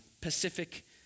Pacific